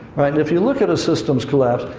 right. if you look at a systems collapse,